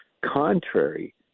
contrary